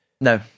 No